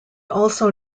also